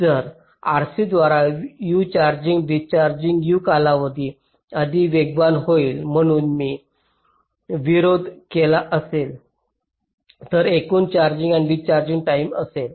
तर RC द्वारे U charging discharging U कालावधी अधिक वेगवान होईल म्हणून मी प्रतिरोध केला असेल तर एकूण चार्जिंग आणि डिस्चार्जिंग टाईम असेल